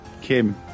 Kim